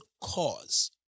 cause